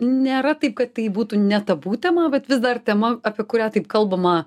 nėra taip kad tai būtų ne tabu tema bet vis dar tema apie kurią taip kalbama